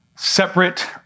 Separate